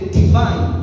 divine